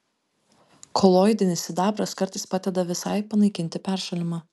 koloidinis sidabras kartais padeda visai panaikinti peršalimą